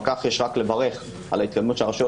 על כך יש רק לברך על ההתקדמות שהרשויות